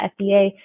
FDA